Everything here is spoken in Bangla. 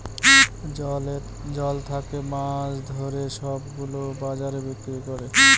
জল থাকে মাছ ধরে সব গুলো বাজারে বিক্রি করে